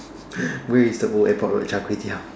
where is the old airport road Char-Kway-Teow